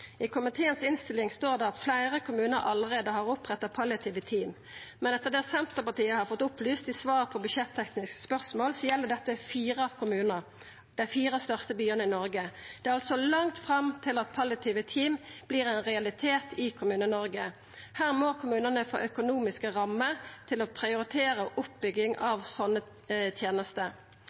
I innstillinga frå komiteen står det at fleire kommunar allereie har oppretta palliative team, men etter det Senterpartiet har fått opplyst i svar på budsjettekniske spørsmål, gjeld dette fire kommunar, dei fire største byane i Noreg. Det er altså langt fram til at palliative team vert ein realitet i Kommune-Noreg. Her må kommunane få økonomiske rammer til å prioritera oppbygging av sånne tenester.